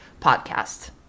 podcast